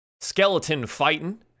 skeleton-fighting